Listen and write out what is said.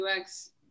ux